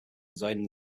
seinen